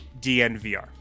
dnvr